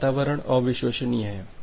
तो वातावरण अविश्वसनीय है